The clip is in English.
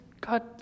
God